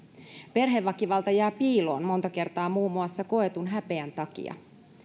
perheväkivalta jää piiloon monta kertaa muun muassa koetun häpeän takia